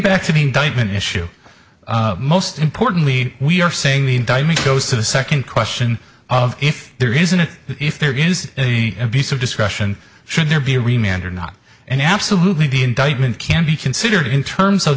back to me damon issue most importantly we are saying the indictment goes to the second question of if there is an if there is abuse of discretion should there be a reminder not and absolutely the indictment can be considered in terms of